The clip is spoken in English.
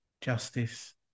justice